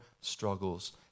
struggles